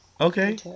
Okay